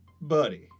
Buddy